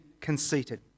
conceited